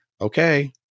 Okay